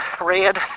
red